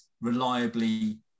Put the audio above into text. reliably